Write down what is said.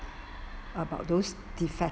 about those defect~